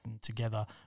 together